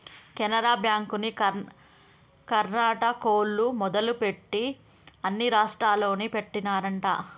కెనరా బ్యాంకుని కర్ణాటకోల్లు మొదలుపెట్టి అన్ని రాష్టాల్లోనూ పెట్టినారంట